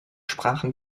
sprachen